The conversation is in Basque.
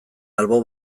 albo